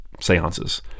seances